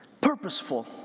purposeful